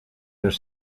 their